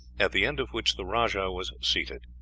at the end of which the rajah was seated.